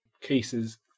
cases